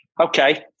okay